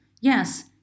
Yes